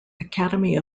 academy